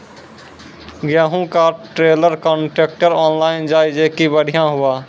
गेहूँ का trailer contractor online जाए जैकी बढ़िया हुआ